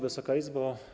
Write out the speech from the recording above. Wysoka Izbo!